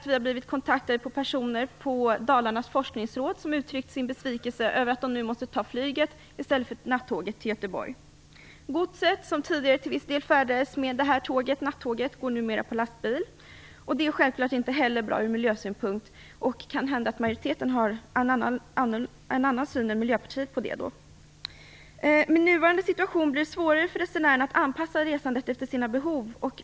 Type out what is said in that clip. Vi har blivit kontaktade av personer på Dalarnas forskningsråd som uttryckt sin besvikelse över att de nu måste ta flyget i stället för nattåget till Godset, som tidigare till viss del fraktades med detta nattag, går numera på lastbil. Det är självklart inte heller bra ur miljösynpunkt. Det kan hända att majoriteten har en annan syn än Miljöpartiet på det. I nuvarande situation blir det svårare för resenärerna att anpassa resandet efter sina behov.